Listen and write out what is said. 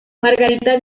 margarita